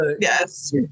Yes